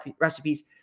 recipes